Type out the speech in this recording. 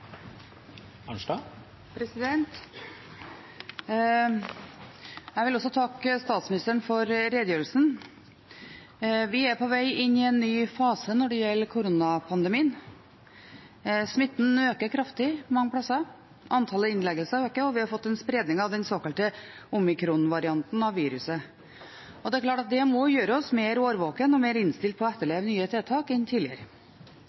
på vei inn i en ny fase når det gjelder koronapandemien. Smitten øker kraftig mange plasser, antallet innleggelser øker, og vi har fått en spredning av den såkalte omikronvarianten av viruset. Det er klart at det må gjøre oss mer årvåkne og mer innstilt på å etterleve nye tiltak enn tidligere.